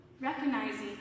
Recognizing